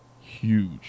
Huge